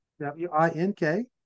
W-I-N-K